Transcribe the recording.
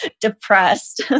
depressed